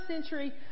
century